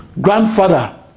grandfather